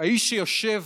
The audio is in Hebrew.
האיש שיושב